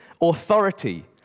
authority